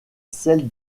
celle